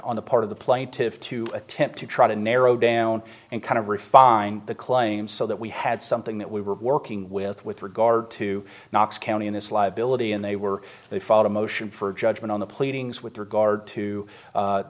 on the part of the plaintiffs to attempt to try to narrow down and kind of refine the claim so that we had something that we were working with with regard to knox county in this liability and they were they filed a motion for judgment on the pleadings with regard to